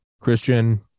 Christian